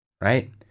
Right